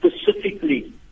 specifically